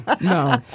No